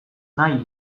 nahi